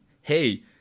hey